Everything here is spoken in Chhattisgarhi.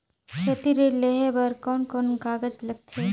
खेती ऋण लेहे बार कोन कोन कागज लगथे?